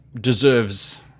deserves